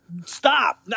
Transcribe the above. stop